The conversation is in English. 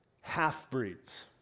half-breeds